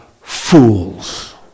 fools